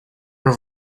were